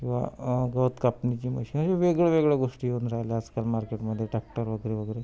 किंवा गवत कापण्याची मशीन आणि वेगवेगवेगळ्या गोष्टी येऊन राहिल्या आजकाल मार्केटमध्ये टॅक्टर वगैरे वगैरे